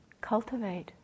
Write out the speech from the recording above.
cultivate